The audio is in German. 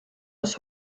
aus